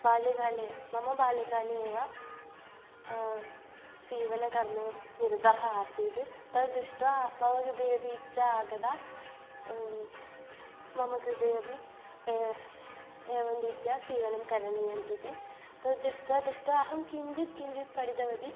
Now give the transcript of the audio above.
बाल्यकाले मम बाल्यकाले एव सीवनकर्मे निरतः आसीत् तत् दृष्ट्वा मम कृते अपि इच्छा आगता मम कृते अपि एवं रीत्या सीवनं करणीयम् इति तत् दृष्ट्वा दृष्ट्वा अहं किञ्जित् किञ्जित् पठितवती